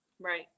Right